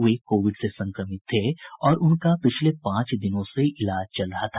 वे covid से संक्रमित थे और उनका पिछले पांच दिनों से इलाज चल रहा था